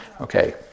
Okay